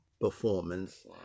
performance